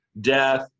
death